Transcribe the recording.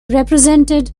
represented